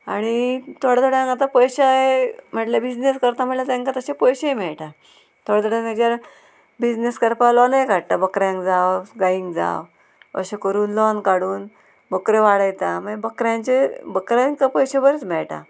आणी थोड्या जाणांक आतां पयशेय म्हटल्यार बिजनेस करता म्हळ्यार तेंकां तशे पयशेय मेळटा थोडे थोडे ताचेर बिजनेस करपाक लॉनय काडटा बकऱ्यांक जावं गायींक जावं अशें करून लॉन काडून बकऱ्यो वाडयता मागीर बकऱ्यांचेर बकऱ्यांक पयशे बरे मेळटा